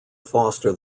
foster